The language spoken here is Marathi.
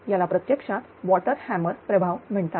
याला प्रत्यक्षात वॉटर हॅमर प्रभाव म्हणतात